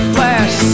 Flash